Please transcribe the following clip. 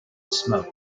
smoke